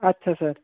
আচ্ছা স্যার